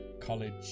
college